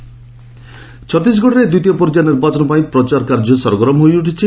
ଛତିଶଗଡ଼ ଛତିଶଗଡ଼ରେ ଦ୍ୱିତୀୟ ପର୍ଯ୍ୟାୟ ନିର୍ବାଚନ ପାଇଁ ପ୍ରଚାର କାର୍ଯ୍ୟ ସରଗରମ ହୋଇଛି